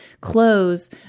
clothes